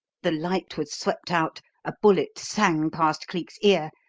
the light was swept out, a bullet sang past cleek's ear,